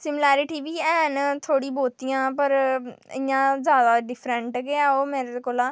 similarity बी हैन थोह्ड़ी बोह्तियां पर इ'यां ज़्यादा डिफरैंट गै ओह् मेरे कोला